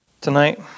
tonight